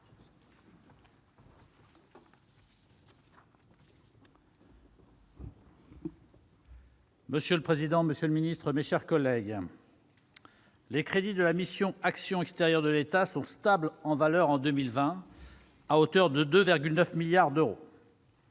Monsieur le président, monsieur le ministre, mes chers collègues, les crédits de la mission « Action extérieure de l'État » sont stables en valeur en 2020, à hauteur de 2,9 milliards d'euros.